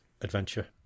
adventure